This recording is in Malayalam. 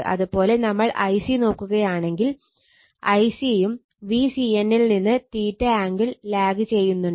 അതുപോലെ നമ്മൾ Ic നോക്കുകയാണെങ്കിൽ Ic യും Vcn ൽ നിന്ന് ആംഗിൾ ലാഗ് ചെയ്യുന്നുണ്ട്